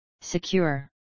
Secure